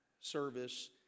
service